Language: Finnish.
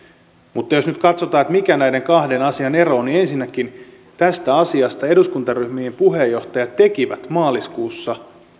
mutta jos nyt katsotaan mikä näiden kahden asian ero on niin ensinnäkin tästä asiasta eduskuntaryhmien puheenjohtajat tekivät maaliskuussa